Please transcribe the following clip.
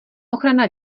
ochrana